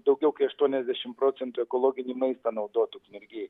daugiau kai aštuoniasdešim procentų ekologinį maistą naudot ukmergėj